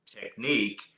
technique